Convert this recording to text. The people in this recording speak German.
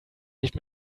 nicht